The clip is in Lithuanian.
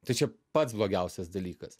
tai čia pats blogiausias dalykas